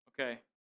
okay